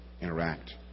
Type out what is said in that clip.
interact